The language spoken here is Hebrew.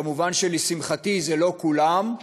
כמובן לשמחתי זה לא כולם,